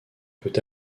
peut